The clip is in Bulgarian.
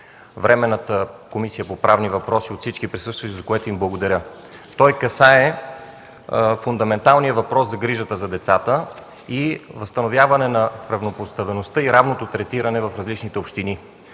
Временната комисия по правни въпроси от всички присъстващи, за което им благодаря. Той касае фундаменталния въпрос с грижата за децата и възстановяване на равнопоставеността и равното третиране във различните общини.